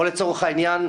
או לצורך העניין,